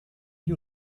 gli